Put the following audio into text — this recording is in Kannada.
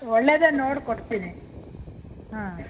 ಒಳ್ಳೆಯದೆ ನೋಡಿ ಕೊಡ್ತೀನಿ ಹಾಂ